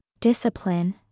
discipline